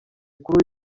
kuri